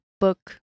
book